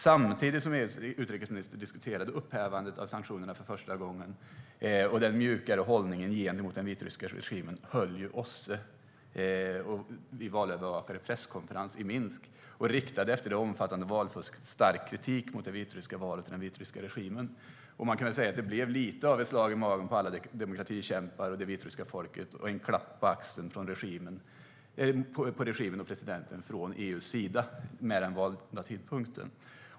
Samtidigt som EU:s utrikesministrar diskuterade upphävandet av sanktionerna för första gången och den mjukare hållningen gentemot den vitryska regimen höll OSSE och vi valövervakare presskonferens i Minsk och riktade efter det omfattande valfusket stark kritik mot det vitryska valet och den vitryska regimen. Med den valda tidpunkten blev det lite av ett slag i magen på alla demokratikämpar och det vitryska folket och en klapp på axeln på regimen och presidenten från EU:s sida.